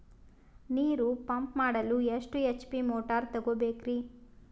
ನೀರು ಪಂಪ್ ಮಾಡಲು ಎಷ್ಟು ಎಚ್.ಪಿ ಮೋಟಾರ್ ತಗೊಬೇಕ್ರಿ?